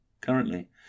currently